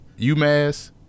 UMass